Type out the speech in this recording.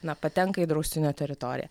na patenka į draustinio teritoriją